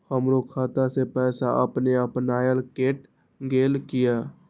हमरो खाता से पैसा अपने अपनायल केट गेल किया?